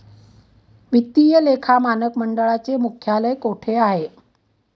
वित्तीय लेखा मानक मंडळाचे मुख्यालय कोठे आहे?